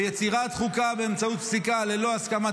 יצירת חוקה באמצעות פסיקה ללא הסכמת